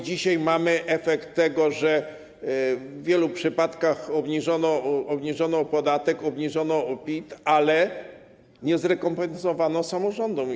Dzisiaj mamy efekt tego, że w wielu przypadkach obniżono podatek, obniżono PIT, ale nie zrekompensowano samorządom.